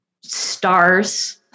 stars